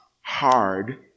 hard